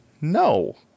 No